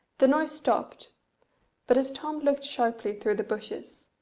the noise stopped but as tom looked sharply through the bushes,